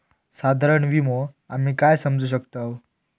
साधारण विमो आम्ही काय समजू शकतव?